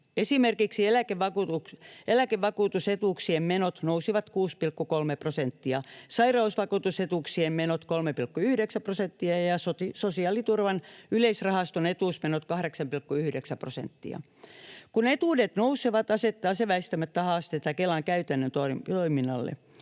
Esimerkiksi eläkevakuutusetuuksien menot nousivat 6,3 prosenttia, sairausvakuutusetuuksien menot 3,9 prosenttia ja sosiaaliturvan yleisrahaston etuusmenot 8,9 prosenttia. Kun etuudet nousevat, asettaa se väistämättä haasteita Kelan käytännön toiminnalle.